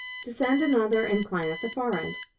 descend another incline at the far end.